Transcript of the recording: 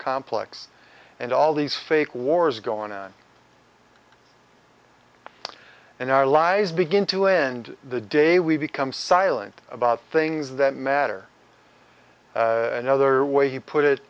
complex and all these fake wars going on in our lives begin to end the day we become silent about things that matter no other way he put it